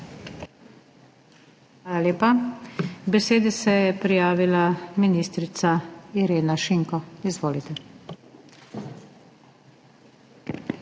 Hvala lepa. K besedi se je prijavila ministrica Irena Šinko. Izvolite.